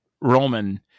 Roman